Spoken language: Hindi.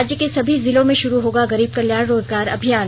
राज्य के सभी जिलों में शुरू होगा गरीब कल्याण रोजगार अभियान